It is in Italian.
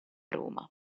roma